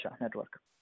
Network